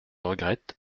regrette